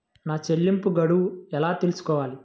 నా చెల్లింపు గడువు ఎలా తెలుసుకోవాలి?